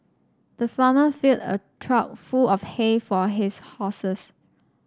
the farmer filled a trough full of hay for his horses